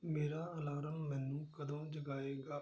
ਮੇਰਾ ਅਲਾਰਮ ਮੈਨੂੰ ਕਦੋਂ ਜਗਾਏਗਾ